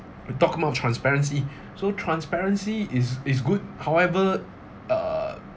we talk about transparency so transparency is is good however uh